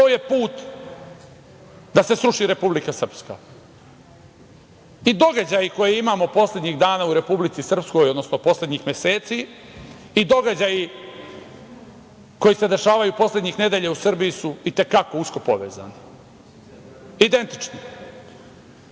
To je put da se sruši Republika Srpska. Događaji koje imamo poslednjih dana u Republici Srpskoj, odnosno poslednjih meseci i događaji koji se dešavaju poslednjih nedelja u Srbiji su i te kako usko povezani, identično.